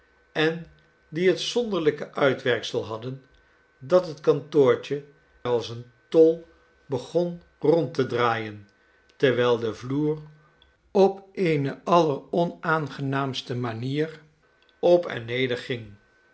en die het zonderlinge uitwerksel hadden dat het kantoortje als een tol begon rond te draaien terwijl de vloer op eene alleronaangenaamste manier op en neder ging